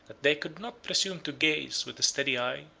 that they could not presume to gaze, with a steady eye,